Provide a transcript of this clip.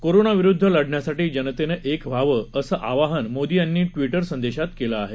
कोरोनाविरुद्ध लढण्यासाठी जनतेनं एक व्हावं असं आवाहन मोदी यांनी ट्विटर संदेशात केलं आहे